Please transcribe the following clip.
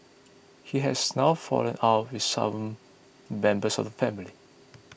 he has now fallen out with some members of the family